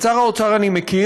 את שר האוצר אני מכיר,